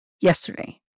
yesterday